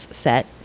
set